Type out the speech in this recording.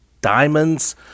diamonds